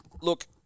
look